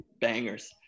bangers